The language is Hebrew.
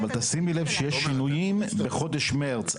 אבל תשימי לב שיש שינויים בחודש מרץ,